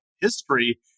history